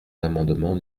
l’amendement